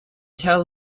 tell